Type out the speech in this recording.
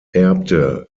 erbte